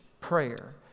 prayer